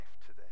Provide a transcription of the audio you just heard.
today